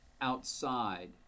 outside